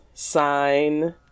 sign